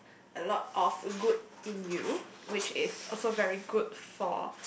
a lot of good in you which is also very good for